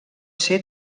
ser